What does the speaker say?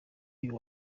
uyu